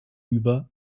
über